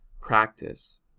practice